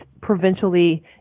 provincially